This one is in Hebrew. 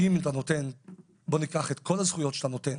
אם אתה נותן את כל הזכויות שאתה נותן